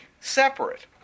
separate